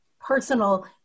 personal